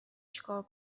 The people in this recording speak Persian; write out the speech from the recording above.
چیکار